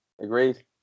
Agreed